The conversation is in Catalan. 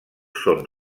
són